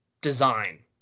design